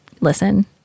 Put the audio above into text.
Listen